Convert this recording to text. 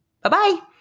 Bye-bye